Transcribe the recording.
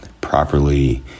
properly